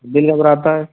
دل گھبراتا ہے